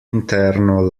interno